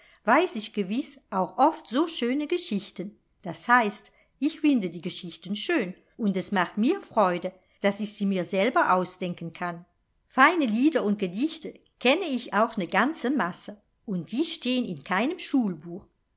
weiß ich gewiß auch oft so schöne geschichten das heißt ich finde die geschichten schön und es macht mir freude daß ich sie mir selber ausdenken kann feine lieder und gedichte kenne ich auch ne ganze masse und die stehn in keinem